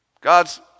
God's